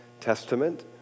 Testament